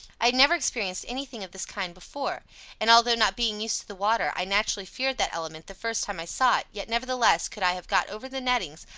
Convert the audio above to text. i had never experienced any thing of this kind before and although, not being used to the water, i naturally feared that element the first time i saw it, yet nevertheless, could i have got over the nettings,